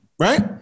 Right